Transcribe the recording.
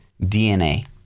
DNA